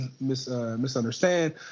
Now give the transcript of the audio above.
misunderstand